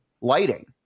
lighting